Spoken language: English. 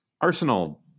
Arsenal